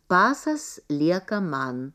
pasas lieka man